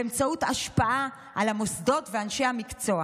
באמצעות השפעה על המוסדות ועל אנשי המקצוע